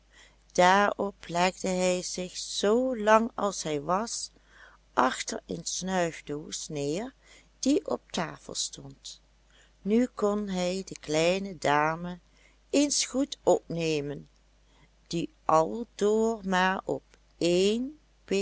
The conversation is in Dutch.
daarop legde hij zich zoo lang als hij was achter een snuifdoos neer die op tafel stond nu kon hij de kleine dame eens goed opnemen die al door maar op één